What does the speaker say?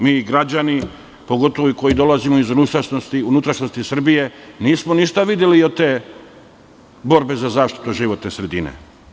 Mi građani, pogotovo koji dolazimo iz unutrašnjosti Srbije, nismo ništa videli od te borbe za zaštitu životne sredine.